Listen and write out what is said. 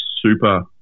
super